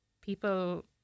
people